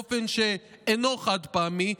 באופן שאינו חד-פעמי,